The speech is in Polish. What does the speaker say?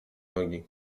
nogi